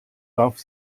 darf